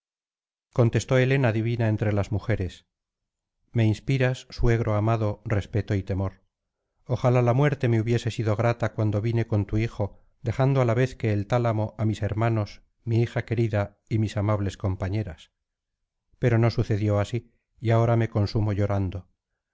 contestó helena divina entre las mujeres me inspiras suegro amado respeto y temor ojalá la muerte me hubiese sido grata cuando vine con tu hijo dejando á la vez que el tálamo á mis hermanos mi hija querida y mis amables compañeras pero no sucedió así y ahora me consumo llorando